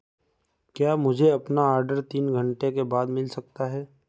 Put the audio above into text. क्या मुझे अपना ऑर्डर तीन घंटे के बाद मिल सकता है